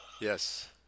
Yes